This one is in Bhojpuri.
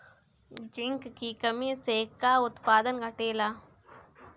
जिंक की कमी से का उत्पादन घटेला?